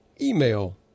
email